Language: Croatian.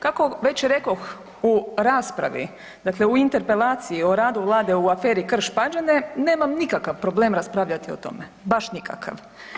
Kako već rekoh u raspravi, dakle u interpelaciji o radu Vlade u aferi Krš-Pađene nemam nikakav problem raspravljati o tome, baš nikakav.